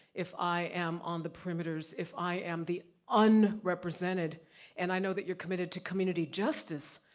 if i am on the perimeters, if i am the unrepresented and i know that you're committed to community justice,